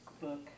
book